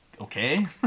okay